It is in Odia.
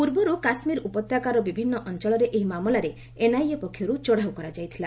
ପୂର୍ବରୁ କାଶ୍ମୀର ଉପତ୍ୟକାର ବିଭିନ୍ନ ଅଞ୍ଚଳରେ ଏହି ମାମଲାରେ ଏନ୍ଆଇଏ ପକ୍ଷରୁ ଚଢ଼ାଉ କରାଯାଇଥିଲା